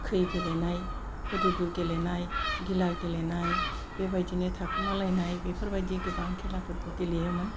खै गेलेनाय हुदुदु गेलेनाय गिला गेलेनाय बेबायदिनो थाखोमालायनाय बेफोरबायदि गोबां खेलाफोरखौ गेलेयोमोन